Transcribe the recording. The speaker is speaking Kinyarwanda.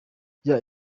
yeah